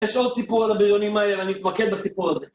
יש עוד סיפור על הבריונים האלה, אני אתמקד בסיפור הזה.